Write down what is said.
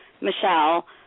Michelle